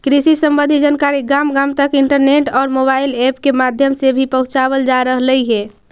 कृषि संबंधी जानकारी गांव गांव तक इंटरनेट और मोबाइल ऐप के माध्यम से भी पहुंचावल जा रहलई हे